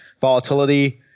volatility